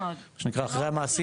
מה שנקרא אחרי המעשים,